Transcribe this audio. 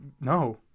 no